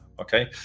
Okay